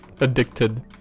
Addicted